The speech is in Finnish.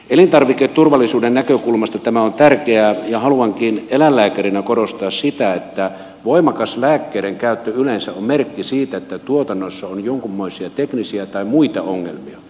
elintarviketurvallisuuden näkökulmasta tämä on tärkeää ja haluankin eläinlääkärinä korostaa sitä että voimakas lääkkeiden käyttö yleensä on merkki siitä että tuotannossa on jonkunmoisia teknisiä tai muita ongelmia